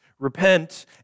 Repent